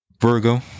Virgo